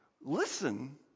listen